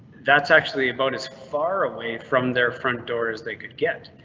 that's actually about as far away from their front doors. they could get,